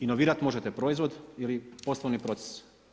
Inovirati možete proizvod ili poslovni proces.